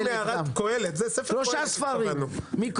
שלושה ספרים,